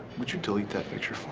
would you delete that picture